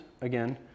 again